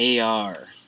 ar